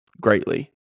greatly